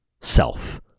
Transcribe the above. self